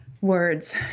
words